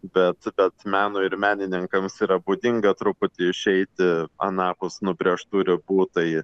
bet bet meno ir menininkams yra būdinga truputį išeiti anapus nubrėžtų ribų tai